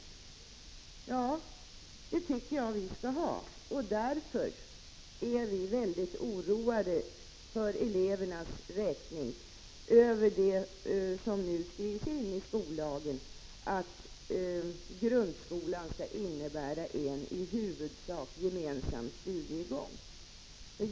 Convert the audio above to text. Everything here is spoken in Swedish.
Vi tycker också att det skall finnas en sådan respekt, och därför är vi mycket oroade för elevernas räkning över det som nu skrivs in i skollagen, att grundskolan skall innebära en i huvudsak gemensam studiegång.